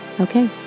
Okay